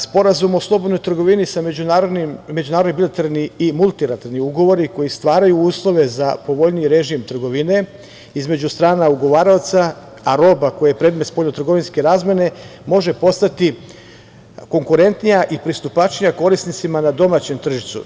Sporazum o slobodnoj trgovini, međunarodni bilateralni i multilateralni ugovori koji stvaraju uslove za povoljniji režim trgovine između stana ugovaraoca, a roba koja je predmet spoljnotrgovinske razmene može postati konkurentnija i pristupačnija korisnicima na domaćem tržištu.